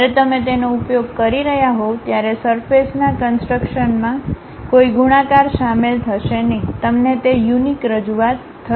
જ્યારે તમે તેનો ઉપયોગ કરી રહ્યાં હોવ ત્યારે સરફેસના કન્સટ્રક્શનમાં કોઈ ગુણાકાર શામેલ થશે નહીં તમને તે યુનિક રજૂઆત થશે